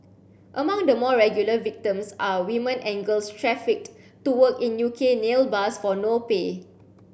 among the more regular victims are women and girls trafficked to work in U K nail bars for no pay